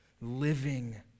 Living